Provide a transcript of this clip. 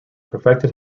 perfected